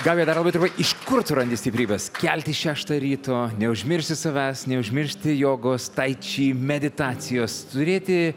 gabija dar labai trumpai iš kur tu randi stiprybės keltis šeštą ryto neužmiršti savęs neužmiršti jogos taiči meditacijos turėti